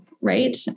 right